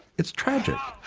it's tragic,